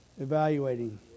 evaluating